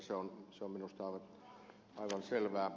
se on minusta aivan selvää